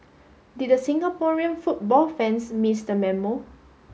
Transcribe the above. did the Singaporean football fans miss the memo